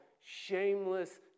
shameless